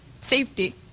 safety